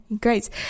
great